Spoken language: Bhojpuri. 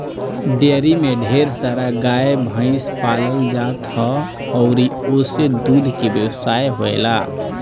डेयरी में ढेर सारा गाए भइस पालल जात ह अउरी ओसे दूध के व्यवसाय होएला